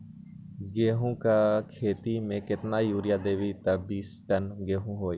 गेंहू क खेती म केतना यूरिया देब त बिस टन गेहूं होई?